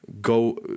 go